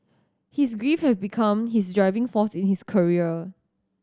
his grief had become his driving force in his career